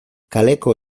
kaleko